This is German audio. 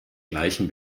gleichen